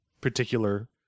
particular